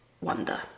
wonder